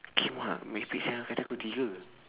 kimak merepek sia kata kul tiga